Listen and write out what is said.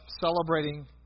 celebrating